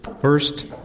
First